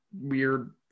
weird